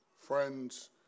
friends